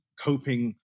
coping